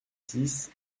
six